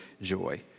joy